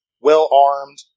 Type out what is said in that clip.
well-armed